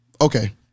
Okay